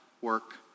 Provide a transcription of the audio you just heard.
work